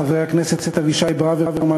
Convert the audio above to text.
חברי הכנסת אבישי ברוורמן,